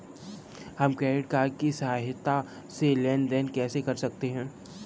हम credit card की सहायता से लेन देन कैसे कर सकते हैं?